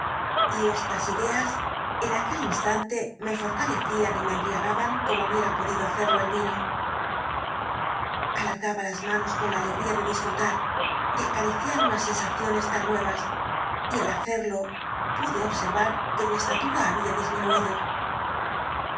y estas ideas en aquel instante me fortalecían y me embriagaban como hubiera podido hacerlo el vino alargaba las manos con la alegría de disfrutar de acariciar unas sensaciones tan nuevas y al hacerlo pude observar que mi estatura había disminuido